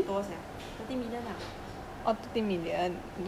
when will it be thirteen again ah !wah! 那时候 thirteen 很多 sia